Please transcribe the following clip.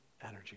energy